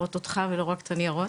לראות אותך ולא רק את הניירות.